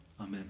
Amen